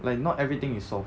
like not everything is solved